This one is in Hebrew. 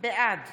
בעד